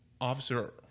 Officer